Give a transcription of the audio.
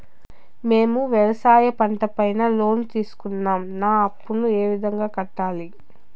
మేము వ్యవసాయ పంట పైన లోను తీసుకున్నాం నా అప్పును ఏ విధంగా కట్టాలి